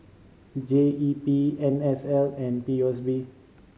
G E P N S L and P O S B